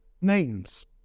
names